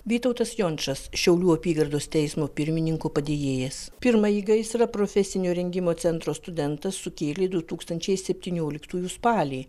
vytautas jončas šiaulių apygardos teismo pirmininko padėjėjas pirmąjį gaisrą profesinio rengimo centro studentas sukėlė du tūkstančiai septynioliktųjų spalį